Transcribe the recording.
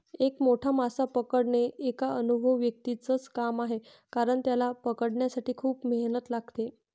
एक मोठा मासा पकडणे एका अनुभवी व्यक्तीच च काम आहे कारण, त्याला पकडण्यासाठी खूप मेहनत लागते